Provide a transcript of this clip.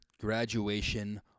graduation